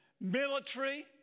military